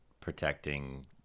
protecting